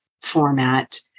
format